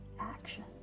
action